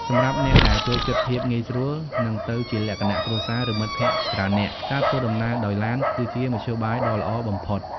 សម្រាប់អ្នកដែលចូលចិត្តភាពងាយស្រួល និងទៅជាលក្ខណៈគ្រួសារ ឬមិត្តភក្តិច្រើននាក់ ការធ្វើដំណើរដោយឡាន គឺជាមធ្យោបាយដ៏ល្អបំផុត។